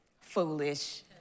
Foolish